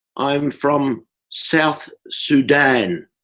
i'm from south sudan,